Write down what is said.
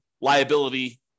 liability